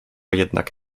jednak